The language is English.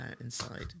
inside